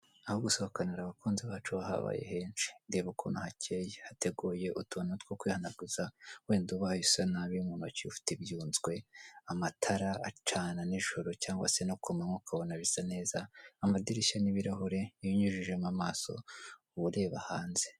Aho gusohokanira abakunzi bacu ho habaye henshi. Reba ukuntu hakeye hateguye utuntu two kwihanaguza wenda ubaye usa nabi mu ntoki ufite ibyunzwe, amatara acana nijoro cyangwa se no ku manywa ukabona bisa neza, amadirishya n'ibirahure iyo unyujijemo amaso uba ureba hanze.